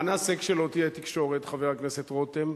מה נעשה כשלא תהיה תקשורת, חבר הכנסת רותם?